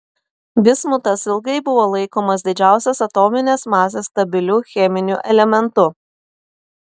bismutas ilgai buvo laikomas didžiausios atominės masės stabiliu cheminiu elementu